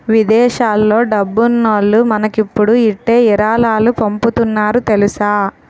విదేశాల్లో డబ్బున్నోల్లు మనకిప్పుడు ఇట్టే ఇరాలాలు పంపుతున్నారు తెలుసా